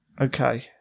Okay